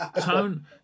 tone